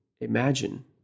imagine